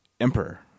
Emperor